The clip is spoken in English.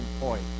point